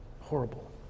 Horrible